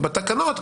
ובתקנות,